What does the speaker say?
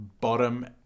bottom